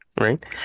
Right